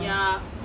ya